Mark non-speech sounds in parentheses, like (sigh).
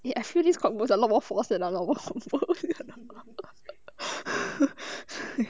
I feel this convo a lot more force then our normal convo (laughs)